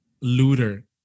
looter